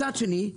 מצד שני,